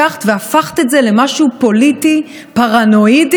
לקחת והפכת את זה למשהו פוליטי פרנואידי,